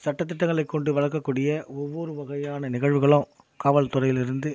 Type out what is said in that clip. சட்டதிட்டங்களைக் கொண்டு வளர்க்கக்கூடிய ஒவ்வொரு வகையான நிகழ்வுகளும் காவல்துறையிலேருந்து